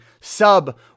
sub